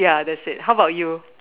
ya that's it how about you